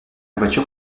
voiture